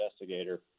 investigator